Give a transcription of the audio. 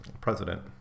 president